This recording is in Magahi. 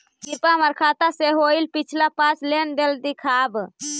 कृपा हमर खाता से होईल पिछला पाँच लेनदेन दिखाव